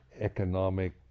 economic